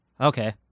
Okay